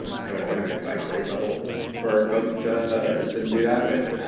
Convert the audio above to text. um it's kind of organized by grade level for folks to to do that with.